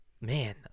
Man